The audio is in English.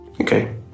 Okay